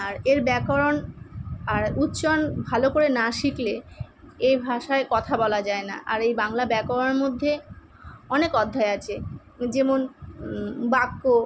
আর এর ব্যাকরণ আর উচ্চারণ ভালো করে না শিখলে এ ভাষায় কথা বলা যায় না আর এই বাংলা ব্যাকরণের মধ্যে অনেক অধ্যায় আছে যেমন বাক্য